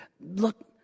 look